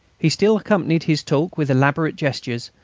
he still accompanied his talk with elaborate gestures,